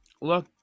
Look